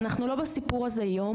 ואנחנו לא בסיפור הזה יום,